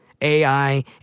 AI